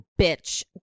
bitch